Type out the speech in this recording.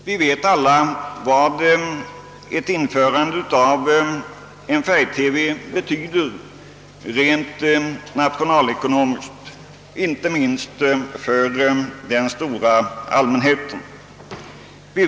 Vi vet alla vad detta skulle betyda rent nationalekonomiskt och för den stora allmänheten.